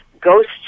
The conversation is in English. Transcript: ghost